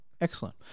Excellent